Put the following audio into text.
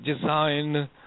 design